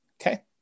Okay